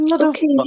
okay